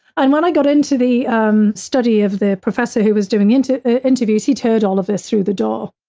and when i got into the um study of the professor who was doing into interviews he heard all of us through the door.